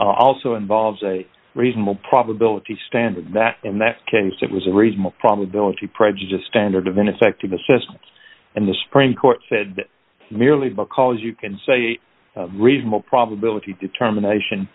also involves a reasonable probability standard that in that case it was a reasonable probability prejudiced standard of ineffective assistance and the supreme court said that merely because you can say a reasonable probability determination